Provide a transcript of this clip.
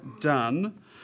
done